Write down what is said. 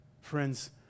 Friends